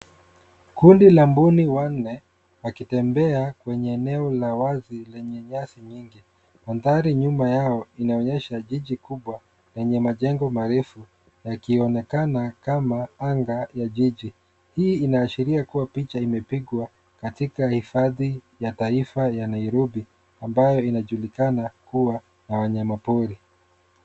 Kundi la mbuni wanne wakitembea kwenye eneo la wazi lenye nyasi nyingi. Mandhari nyuma yao inaonyesha jiji kubwa yenye majengo marefu yakionekana kama anga ya jiji. Hii inaashiria kuwa picha imepigwa katika hifadhi ya taifa ya Nairobi ambayo unaojulikana kuwa na wanyama pori.